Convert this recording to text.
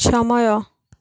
ସମୟ